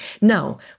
Now